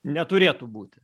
neturėtų būti